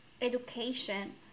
education